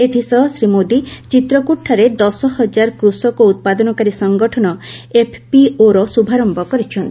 ଏଥିସହ ଶ୍ରୀ ମୋଦି ଚିତ୍ରକ୍ଟଠାରେ ଦଶ ହଜାର କୃଷକ ଉତ୍ପାଦନକାରୀ ସଙ୍ଗଠନ ଏଫ୍ପିଓର ଶ୍ରଭାରମ୍ଭ କରିଚ୍ଛନ୍ତି